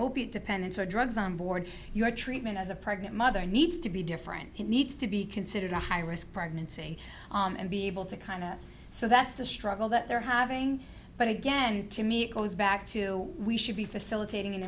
opiate dependence or drugs on board your treatment as a pregnant mother needs to be different he needs to be considered a high risk pregnancy and be able to kind of so that's the struggle that they're having but again to me it goes back to we should be facilitating an